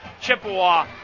Chippewa